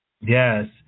Yes